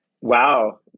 Wow